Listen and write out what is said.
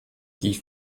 die